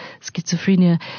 schizophrenia